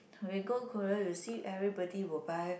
when you go Korea you will see everybody will buy